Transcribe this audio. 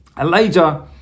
Elijah